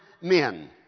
men